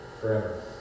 forever